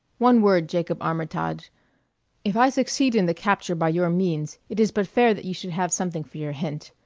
one word, jacob armitage if i succeed in the capture by your means, it is but fair that you should have something for your hint.